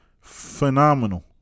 Phenomenal